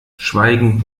schweigend